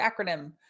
acronym